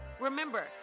Remember